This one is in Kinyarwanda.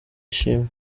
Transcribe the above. ishimwe